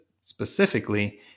specifically